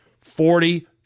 Forty